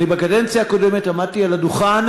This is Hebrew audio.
בקדנציה הקודמת עמדתי על הדוכן,